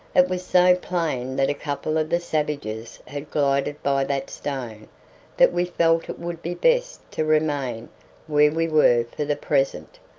it was so plain that a couple of the savages had glided by that stone that we felt it would be best to remain where we were for the present,